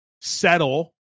settle